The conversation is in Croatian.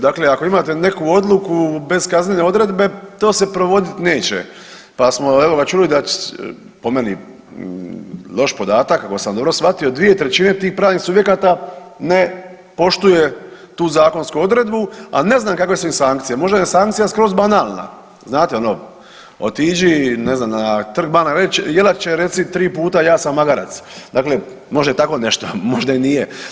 Dakle, ako imate neku odluku bez kaznene odredbe to se provodit neće, pa smo evo ga čuli da, po meni loš podatak ako sam dobro shvatio, 2/3 tih pravnih subjekata ne poštuje tu zakonsku odredbu, a ne znam kakve su im sankcije, možda im je sankcija skroz banalna, znate ono otiđi ne znam na Trg bana Jelačića i reci tri puta ja sam magarac, dakle možda i tako nešto, možda i nije.